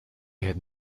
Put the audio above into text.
had